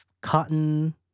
cotton